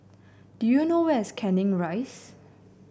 do you know where's Canning Rise